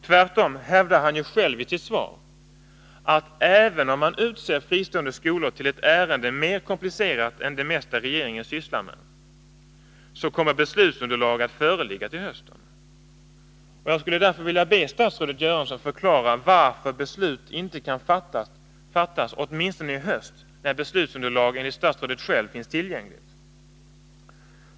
Tvärtom hävdar han ju själv i sitt svar, att även om man utser fristående skolor till ett ärende mer komplicerat än det mesta regeringen sysslar med, så kommer beslutsunderlag att föreligga till hösten. Jag skulle därför vilja be statsrådet Göransson förklara varför beslut inte kan fattas åtminstone i höst, när beslutsunderlag enligt statsrådet själv finns tillgängligt?